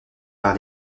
par